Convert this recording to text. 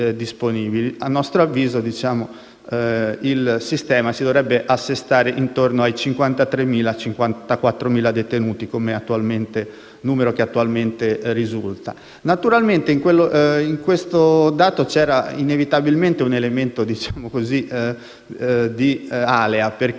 il sistema si dovrebbe assestare intorno ai 53.000-54.000 detenuti, numero che attualmente risulta. Naturalmente in questo dato c'era inevitabilmente un elemento di alea, perché non sapevamo se i conti potevano tornare,